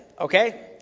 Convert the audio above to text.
okay